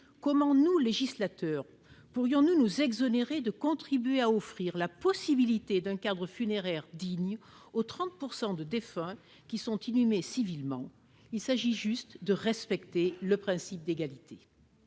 comment nous législateurs, pourrions-nous nous exonérer de contribuer à offrir la possibilité d'un cadre funéraire digne au 30 pourcent de défunts qui sont inhumé civilement, il s'agit juste de respecter le principe d'égalité